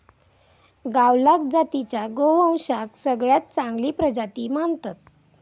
गावलाव जातीच्या गोवंशाक सगळ्यात चांगली प्रजाती मानतत